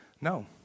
no